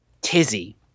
tizzy